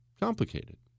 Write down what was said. complicated